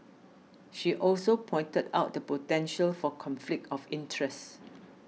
she also pointed out the potential for conflict of interest